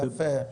יפה.